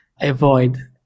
avoid